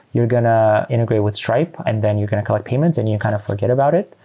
you're going to integrate with stripe and then you're going to collect payments and you kind of forget about it.